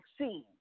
vaccine